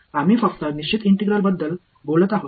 आम्ही फक्त निश्चित इंटिग्रल बद्दल बोलत आहोत